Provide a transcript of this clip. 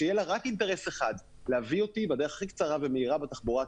שיהיה לה רק אינטרס אחד: להביא אותי בדרך הכי קצרה ומהירה בתחבורה ,